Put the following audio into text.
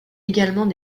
également